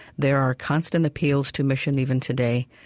there are constant appeals to mission even today.